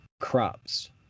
crops